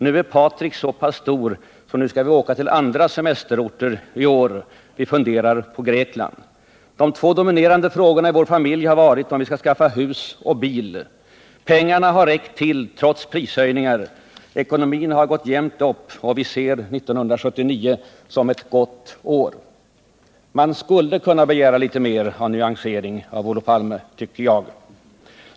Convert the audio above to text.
”Nu är Patrik så pass stor så vi kan börja åka till andra semestermål. Vi har pratat helt löst om Grekland. --- Två dominerande frågor har varit husoch bilköp. -—-- Pengarna har faktiskt räckt till, trots prishöjningar.” Ekonomin har gått jämnt upp, och de ser 1979 som ett gott år. Man skulle kunna begära litet mer av nyansering av Olof Palme, tycker jag.